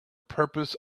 purpose